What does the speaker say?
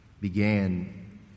began